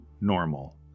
normal